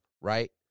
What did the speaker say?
right